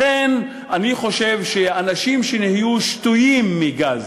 לכן אני חושב שאנשים שנהיו שתויים מגז,